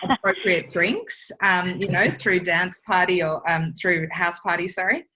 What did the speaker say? and appropriate drinks and you know, through dance party or um through house party, sorry,